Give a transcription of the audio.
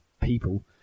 people